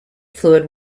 fluid